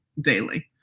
daily